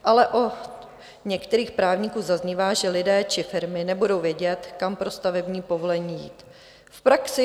Ale od některých právníků zaznívá, že lidé či firmy nebudou vědět, kam pro stavební povolení jít.